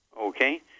Okay